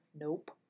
nope